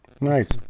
Nice